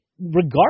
regardless